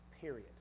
period